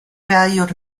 valued